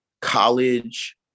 college